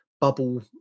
bubble